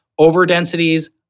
overdensities